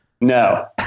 No